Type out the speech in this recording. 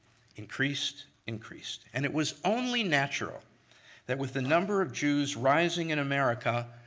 increased, increased. and it was only natural that with the number of jews rising in america,